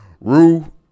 Rue